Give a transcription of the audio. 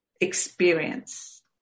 experience